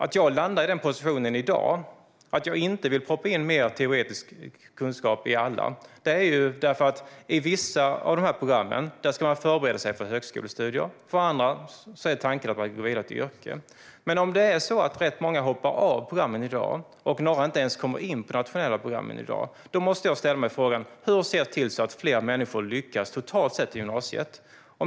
Att jag i dag landar i att inte vilja proppa in mer teoretisk kunskap i alla beror på att man på vissa av programmen ska förbereda sig för högskolestudier, och på andra program är tanken att man ska gå vidare till ett yrke. Men om ganska många hoppar av programmen i dag och om några inte ens kommer in på de nationella programmen måste jag fråga mig hur vi ska se till att fler människor, totalt sett, ska lyckas i gymnasiet.